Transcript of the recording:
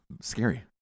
Scary